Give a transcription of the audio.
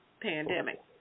pandemic